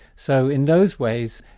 so in those ways,